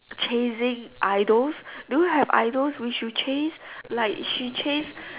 chasing idols do you have idols which you chase like she chase